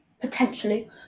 potentially